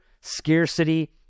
scarcity